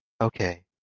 okay